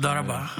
תודה רבה.